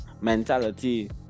mentality